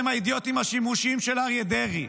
אתם האידיוטים השימושיים של אריה דרעי.